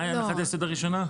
מה היתה הנחת היסוד הראשונה?